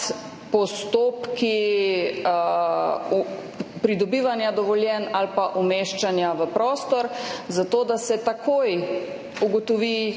postopki pridobivanja dovoljenj ali umeščanja v prostor, zato da se takoj ugotovi,